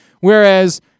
Whereas